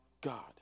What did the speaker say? God